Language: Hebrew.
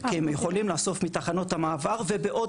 כי הם יכולים לאסוף מתחנות המעבר ובעוד